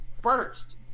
first